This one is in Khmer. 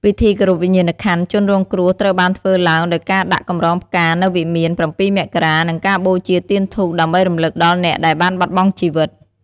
ពិធីគោរពវិញ្ញាណក្ខន្ធជនរងគ្រោះត្រូវបានធ្វើឡើងដោយការដាក់កម្រងផ្កានៅវិមាន៧ មករា និងការបូជាទៀនធូប ដើម្បីរំឭកដល់អ្នកដែលបានបាត់បង់ជីវិត។